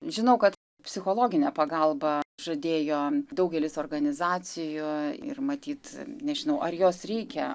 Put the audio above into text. žinau kad psichologinę pagalbą žadėjo daugelis organizacijų ir matyt nežinau ar jos reikia